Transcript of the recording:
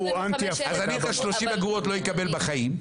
אז אני את ה-30 אגורות לא אקבל בחיים.